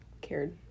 cared